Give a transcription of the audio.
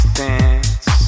dance